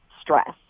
stress